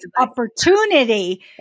opportunity